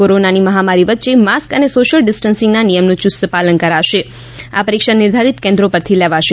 કોરોનાની મહામારી વચ્ચે માસ્ક અને સોશિયલ ડિસ્ટન્સિંગના નિયમના યુસ્ત પાલન સાથે આ પરીક્ષા નિર્ધારિત કેન્દ્રો પરથી લેવાશે